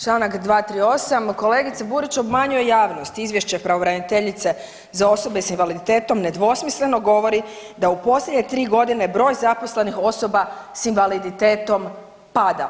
Čl. 238, kolegica Burić obmanjuje javnost, Izvješće pravobraniteljice za osobe s invaliditetom nedvosmisleno govori da u posljednje 3 godine broj zaposlenih osoba s invaliditetom pada.